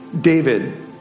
David